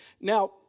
Now